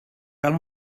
cal